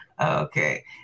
Okay